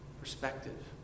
perspective